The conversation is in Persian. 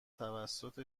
توسط